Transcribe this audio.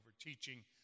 teaching